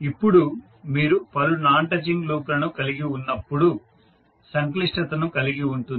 ఇప్పుడు మీరు పలు నాన్ టచింగ్ లూప్లను కలిగి ఉన్నప్పుడు సంక్లిష్టతను కలిగి ఉంటుంది